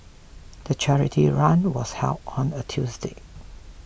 the charity run was held on a Tuesday